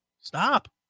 Stop